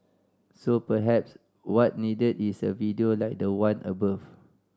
so perhaps what needed is a video like the one above